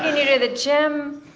you to the gym.